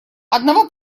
одного